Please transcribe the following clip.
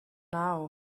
now